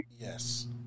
Yes